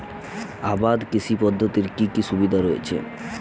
আবাদ কৃষি পদ্ধতির কি কি সুবিধা রয়েছে?